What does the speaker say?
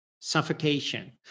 suffocation